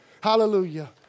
Hallelujah